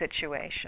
situation